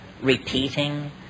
repeating